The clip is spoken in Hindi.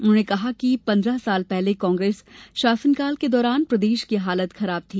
उन्होंने कहा कि पन्द्रह साल पहले कांग्रेस शासनकाल के दौरान प्रदेश की हालत खराब थी